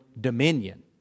Dominion